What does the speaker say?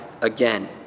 again